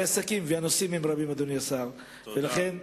הנושאים הם רבים, אדוני השר, ולכן,